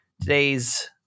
today's